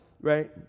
right